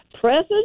present